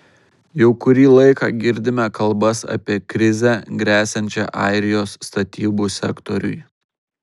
jau kurį laiką girdime kalbas apie krizę gresiančią airijos statybų sektoriui